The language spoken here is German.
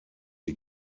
die